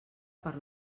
per